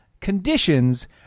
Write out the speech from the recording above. conditions